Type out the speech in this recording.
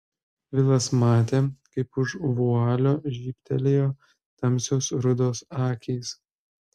vilas matė kaip už vualio žybtelėjo tamsios rudos akys